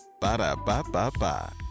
Ba-da-ba-ba-ba